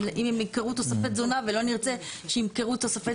אם הם ימכרו תוספי תזונה ולא נרצה שימכרו תוספי